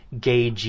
gay